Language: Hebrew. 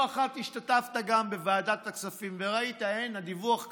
לא אחת השתתפת גם בוועדת הכספים וראית: הדיווח קשה.